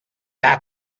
that